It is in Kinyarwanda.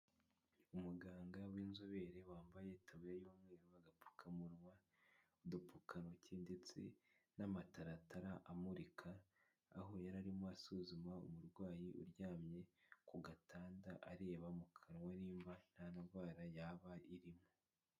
Umuganga w'inzobere wambaye itaburiya y'umweru, agapfukamunwa, udupfukantoki ndetse n'amataratara amurika, aho yari arimo asuzuma umurwayi uryamye ku gatanda areba mu kanwa nimba nta ndwara yaba irimo.